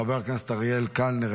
חבר הכנסת אריאל קלנר,